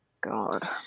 God